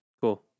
Cool